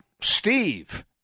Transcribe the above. Steve